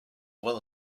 well